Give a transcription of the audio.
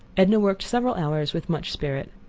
edna worked several hours with much spirit.